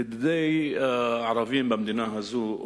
לדידי הערבים במדינה הזאת,